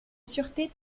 sûreté